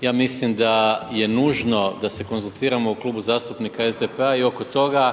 ja mislim da je nužno da se konzultiramo u Klubu zastupnika SDP-a i oko toga